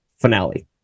finale